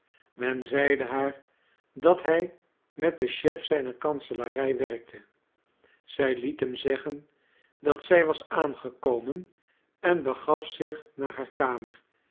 men zeide haar dat hij met den chef zijner kanselarij werkte zij liet hem zeggen dat zij was aangekomen en begaf zich naar haar kamer